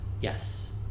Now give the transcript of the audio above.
Yes